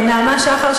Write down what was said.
נעמה שחר,